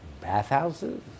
bathhouses